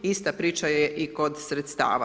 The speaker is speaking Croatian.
Ista priča je i kod sredstava.